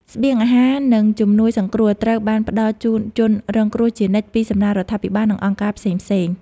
ស្បៀងអាហារ និងជំនួយសង្គ្រោះត្រូវបានផ្តល់ជូនជនរងគ្រោះជានិច្ចពីសំណាក់រដ្ឋាភិបាល និងអង្គការផ្សេងៗ។